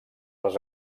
els